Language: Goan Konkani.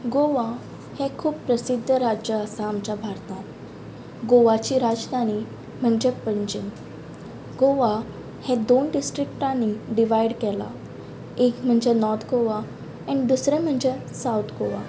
गोवा हें खूब प्रसिद्ध राज्य आसा आमच्या भारतांत गोवाची राजधानी म्हणजे पंजीम गोवा हें दोन डिस्ट्रिक्टांनी डिवायड केलां एक म्हणजे नॉर्थ गोवा एँड दुसरें म्हणजे सावथ गोवा